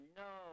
no